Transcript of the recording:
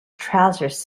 trousers